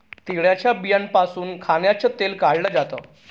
तिळाच्या बियांपासून खाण्याचं तेल काढल जात